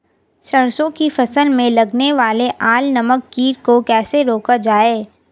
सरसों की फसल में लगने वाले अल नामक कीट को कैसे रोका जाए?